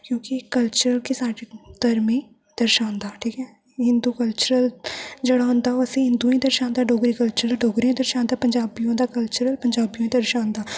क्युंकी कल्चर गै साढ़े धर्में गी दर्शांदा ठीक ऐ हिंदु कल्चरल जेह्ड़ा होंदा ओह् असें हिंदुए गी दर्शांदा डोगरी कल्चर डोगरी गी दर्शांदा पंजाबिये दा कल्चर पंजाबियो गी दर्शांदा